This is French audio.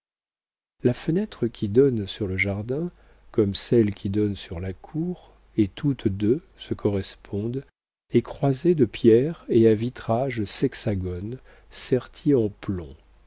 la fenêtre qui donne sur le jardin comme celle qui donne sur la cour et toutes deux se correspondent est croisée de pierres et à vitrages sexagones sertis en plomb